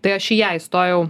tai aš į ją įstojau